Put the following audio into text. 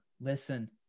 Listen